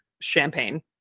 champagne